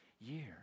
year